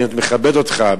אני עוד מכבד אותך,